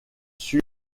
sur